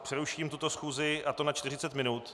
Přeruším tuto schůzi na 40 minut.